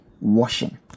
washing